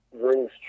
rings